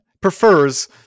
prefers